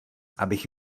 abych